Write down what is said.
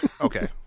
Okay